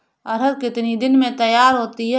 अरहर कितनी दिन में तैयार होती है?